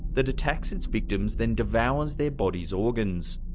that attacks its victims, then devours their body's organs.